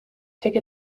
take